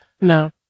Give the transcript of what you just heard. No